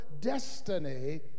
destiny